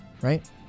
right